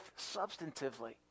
substantively